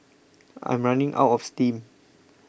I'm running out of steam